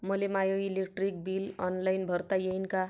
मले माय electric bill online भरता येईन का?